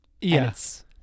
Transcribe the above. yes